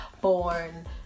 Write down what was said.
born